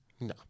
no